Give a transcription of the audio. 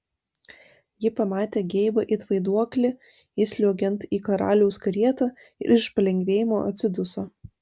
ji pamatė geibą it vaiduoklį įsliuogiant į karaliaus karietą ir iš palengvėjimo atsiduso